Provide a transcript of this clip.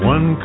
One